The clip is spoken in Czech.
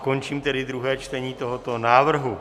Končím tedy druhé čtení tohoto návrhu.